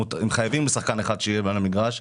הם חייבים שחקן אחד שיהיה על המגרש,